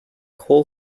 coal